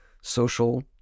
social